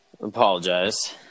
Apologize